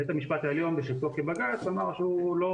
בית המשפט העליון בשבטו כבג"ץ אמר שהוא לא